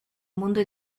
mundo